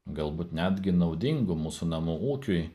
galbūt netgi naudingu mūsų namų ūkiui